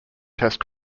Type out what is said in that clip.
test